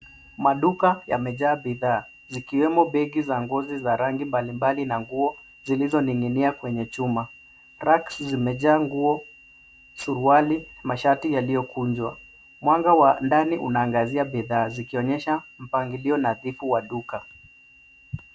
Maduka yamejaa bidhaa, zikiwemo begi za ngozi za rangi mbalimbali na nguo zilizoning'inia kwenye chuma. Racks zimejaa nguo, suruali, mashati yaliyokunjwa. Mwanga wa ndani unaangazia bidhaa zikionyesha mpangilio nadhifu wa duka.